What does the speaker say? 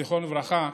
זכרו לברכה.